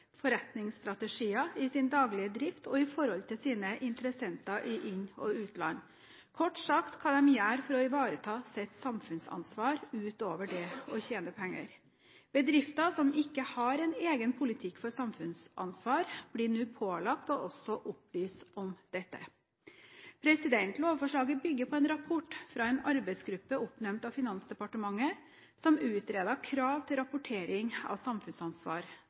i sin daglige drift og i forhold til sine interessenter i inn- og utland – kort sagt hva de gjør for å ivareta sitt samfunnsansvar utover det å tjene penger. Bedrifter som ikke har en egen politikk for samfunnsansvar, blir nå pålagt også å opplyse om dette. Lovforslaget bygger på en rapport fra en arbeidsgruppe oppnevnt av Finansdepartementet som utredet krav til rapportering av samfunnsansvar.